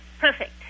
perfect